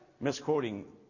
Misquoting